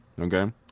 okay